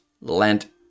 Lent